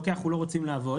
לא כי אנחנו לא רוצים לעבוד,